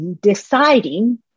deciding